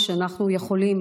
ואנחנו יכולים.